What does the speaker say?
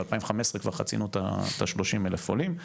ב-2015 כבר חצינו את ה-30 אלף עולים.